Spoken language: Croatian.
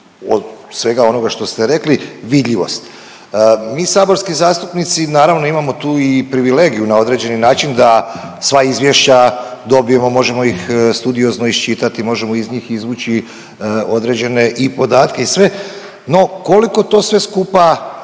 od svega onoga što ste rekli, vidljivost. Mi saborski zastupnici naravno, imamo tu i privilegiju na određeni način da sva izvješća dobijemo, možemo ih studiozno iščitati, možemo iz njih izvući određene i podatke i sve, no koliko to sve skupa